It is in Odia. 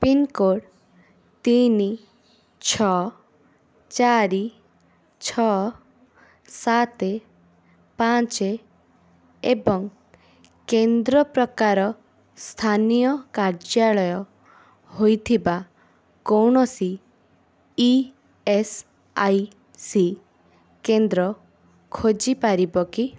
ପିନ୍କୋଡ଼୍ ତିନି ଛଅ ଚାରି ଛଅ ସାତ ପାଞ୍ଚ ଏବଂ କେନ୍ଦ୍ର ପ୍ରକାର ସ୍ଥାନୀୟ କାର୍ଯ୍ୟାଳୟ ହୋଇଥିବା କୌଣସି ଇ ଏସ୍ ଆଇ ସି କେନ୍ଦ୍ର ଖୋଜିପାରିବ କି